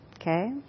Okay